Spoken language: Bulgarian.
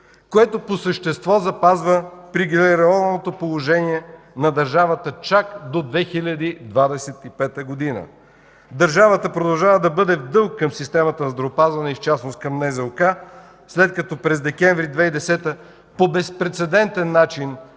което по същество запазва привилегированото положение на държавата чак до 2025 г. Държавата продължава да бъде в дълг към системата на здравеопазване и в частност към НЗОК, след като през месец декември 2010 г. по безпрецедентен начин